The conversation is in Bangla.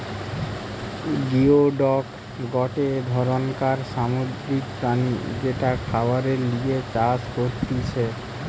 গিওডক গটে ধরণকার সামুদ্রিক প্রাণী যেটা খাবারের লিগে চাষ করতিছে